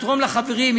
יתרום לחברים,